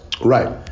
Right